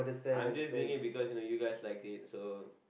I'm just doing it because you know you guys like it so